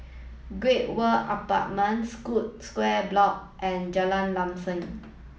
Great World Apartments Scotts School Square Block and Jalan Lam Sam